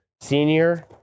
senior